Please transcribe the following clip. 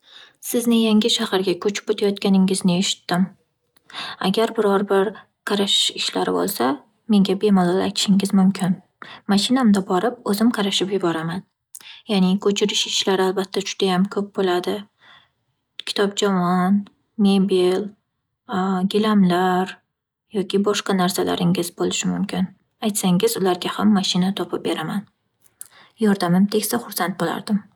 Sizni yangi shaharga ko'chib o'tayotganingizni eshitdim. Agar biror bir qarashish ishlari bo'lsa, menga bemalol aytishingiz mumkin. Mashindamda borib o'zim qarashib yuboraman. Ya'ni ko'chirish ishlari albatta judayam ko'p bo'ladi. Kitob javon, mebel gilamlar yoki boshqa narsalaringiz bo'lishi mumkin. Aytsangiz, ularga ham mashina topib beraman. Yordamim tegsa xursand bo'lardim.